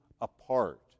apart